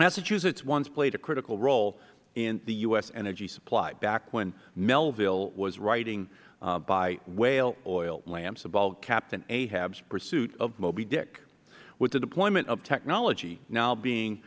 massachusetts once played a critical role in the u s energy supply back when melville was writing by whale oil lamps about captain ahab's pursuit of moby dick with the deployment of technology now being